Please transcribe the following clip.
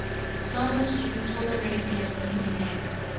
so must you tolerate them in the next.